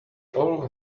all